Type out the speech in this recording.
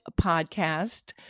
podcast